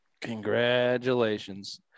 Congratulations